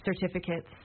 certificates